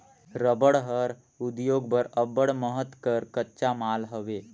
रबड़ हर उद्योग बर अब्बड़ महत कर कच्चा माल हवे